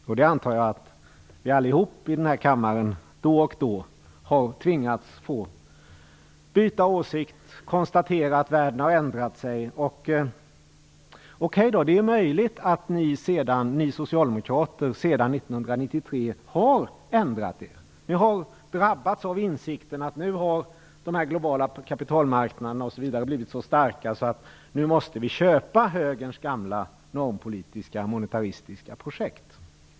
Jag antar att vi alla här i kammaren då och då har tvingats byta åsikt och konstatera att världen har förändrats. Det är möjligt att ni socialdemokrater har ändrat er sedan 1993. Ni har drabbats av insikten att de globala kapitalmarknaderna har blivit så starka att ni måste köpa högerns gamla normpolitiska monetäristiska projekt.